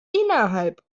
innerhalb